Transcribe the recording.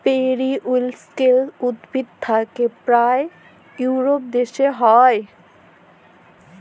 periwinkle উদ্ভিদ থাক্যে পায় ইউরোপ দ্যাশে হ্যয়